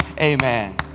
amen